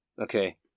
Okay